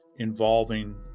involving